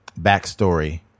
backstory